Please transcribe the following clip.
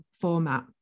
format